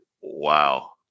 Wow